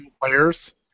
Players